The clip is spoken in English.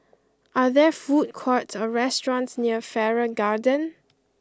are there food courts or restaurants near Farrer Garden